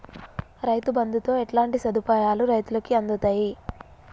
రైతు బంధుతో ఎట్లాంటి సదుపాయాలు రైతులకి అందుతయి?